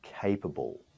capable